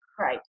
Right